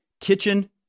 kitchen